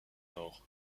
nord